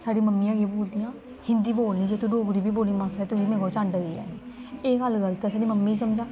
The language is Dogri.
साढ़ी मम्मियां केह् बोलदियां हिन्दी बोलनी जे तूं डोगरी बी बोली मासा हारी तुसें गी मेरे कोला चंड पेई जानी एह् गल्ल गलत ऐ साढ़ी मम्मी दी समझा